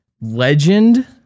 legend